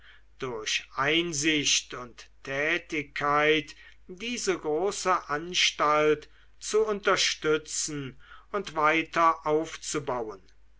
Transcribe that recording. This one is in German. durch einsicht und tätigkeit diese große anstalt zu unterstützen und weiter aufzubauen